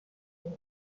کنی